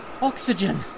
Oxygen